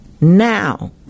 now